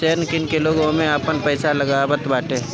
share किन के लोग ओमे आपन पईसा लगावताटे